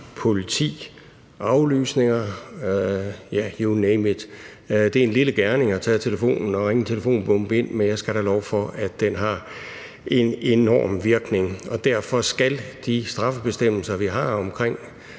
politi og aflysninger, ja, you name it. Det er en lille gerning at tage telefonen og ringe en telefonbombe ind, men jeg skal da love for, at det har en enorm virkning, og derfor skal de straffebestemmelser, vi har omkring